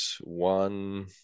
one